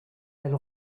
elle